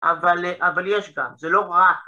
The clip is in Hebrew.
אבל, אבל יש כאן, זה לא רק...